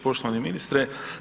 Poštovani ministre.